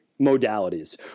modalities